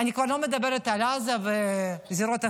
אני כבר לא מדברת על עזה וזירות אחרות.